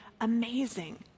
amazing